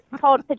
called